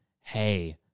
hey